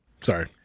Sorry